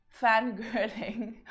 fangirling